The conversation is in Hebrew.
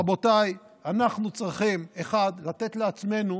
רבותיי, אנחנו צריכים, 1. לתת לעצמנו